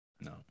No